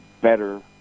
better